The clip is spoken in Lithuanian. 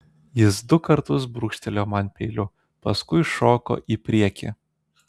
jis du kartus brūkštelėjo man peiliu paskui šoko į priekį